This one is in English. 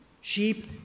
Sheep